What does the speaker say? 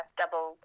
double